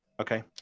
Okay